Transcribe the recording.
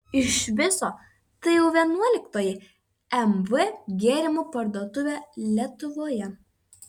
iš viso tai jau vienuoliktoji mv gėrimų parduotuvė lietuvoje